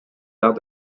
arts